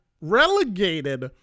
relegated